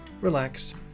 relax